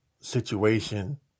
situation